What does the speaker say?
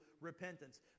repentance